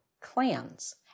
clans